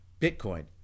Bitcoin